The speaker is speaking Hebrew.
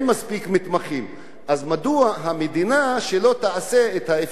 מדוע שהמדינה לא תעשה את האפשרות אפילו